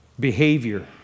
behavior